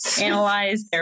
analyze